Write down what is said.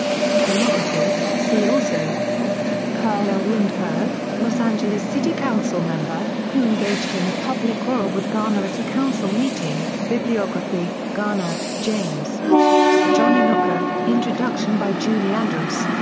filmography see also karl l. rundberg, los angeles city council member, who engaged in a public quarrel with garner at a council meeting bibliography garner, james jon winokur, introduction by julie andrews.